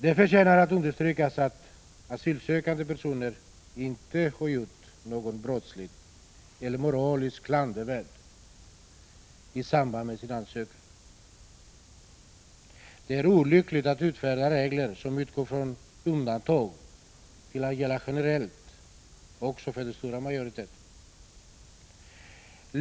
Det förtjänar att understrykas att asylsökande personer inte har gjort någonting brottsligt eller moraliskt klandervärt i samband med sin ansökan. Det är olyckligt att utfärda regler som utgår från undantag men skall gälla generellt också för den stora majoriteten.